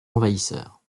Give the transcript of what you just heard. envahisseurs